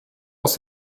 aus